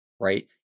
right